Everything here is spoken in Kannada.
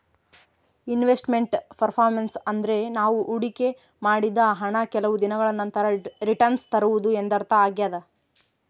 ಇನ್ವೆಸ್ಟ್ ಮೆಂಟ್ ಪರ್ಪರ್ಮೆನ್ಸ್ ಅಂದ್ರೆ ನಾವು ಹೊಡಿಕೆ ಮಾಡಿದ ಹಣ ಕೆಲವು ದಿನಗಳ ನಂತರ ರಿಟನ್ಸ್ ತರುವುದು ಎಂದರ್ಥ ಆಗ್ಯಾದ